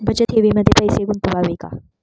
बचत ठेवीमध्ये पैसे गुंतवावे का?